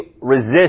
resist